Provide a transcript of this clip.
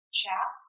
chap